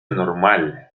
normal